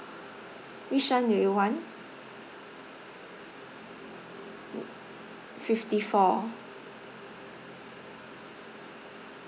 which one do you want fifty four